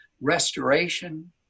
restoration